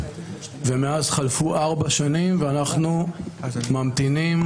ומאז חלפו ארבע שנים ואנחנו ממתינים